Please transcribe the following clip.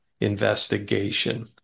investigation